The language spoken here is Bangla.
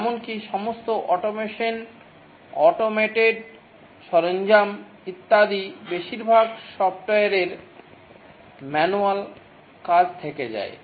এমনকি সমস্ত অটোমেশন অটোমেটেড সরঞ্জাম ইত্যাদি বেশিরভাগ সফ্টওয়্যারের ম্যানুয়াল কাজ থেকে যায়